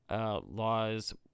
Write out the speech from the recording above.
Laws